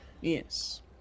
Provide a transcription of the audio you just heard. yes